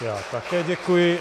Já také děkuji.